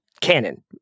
canon